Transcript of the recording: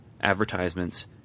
advertisements